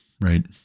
right